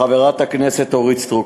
חברת הכנסת אוריק סטרוק,